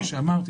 כמו שאמרתי,